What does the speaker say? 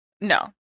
No